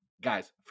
guys